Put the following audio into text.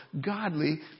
godly